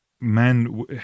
man